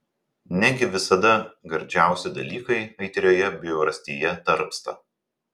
negi visada gardžiausi dalykai aitrioje bjaurastyje tarpsta